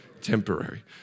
Temporary